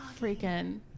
freaking